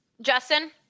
Justin